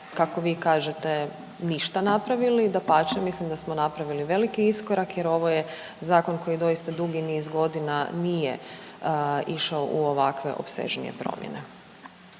kako vi kažete ništa napravili, dapače mislim da smo napravili veliki iskorak jer ovo je zakon koji doista dugi niz godina nije išao u ovakve opsežnije promjene.